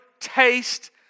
taste